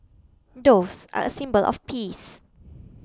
doves are a symbol of peace